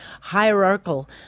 Hierarchical